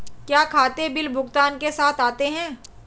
क्या खाते बिल भुगतान के साथ आते हैं?